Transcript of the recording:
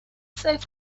save